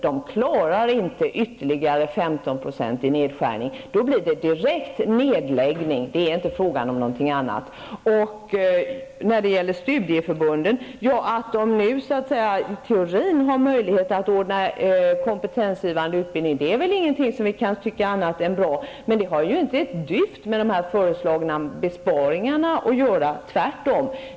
Man kan på det hållet inte klara en ytterligare 15-procentig nedskärning. Under sådana förhållanden blir det i stället fråga om direkt nedläggning, inget annat. Att studieförbunden nu i teorin har möjlighet att anordna kompetensgivande utbildning kan inte vara annat än bra, men det har inte ett dyft att göra med de föreslagna besparingarna tvärtom.